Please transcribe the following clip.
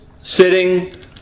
sitting